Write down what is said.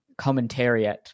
commentariat